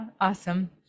Awesome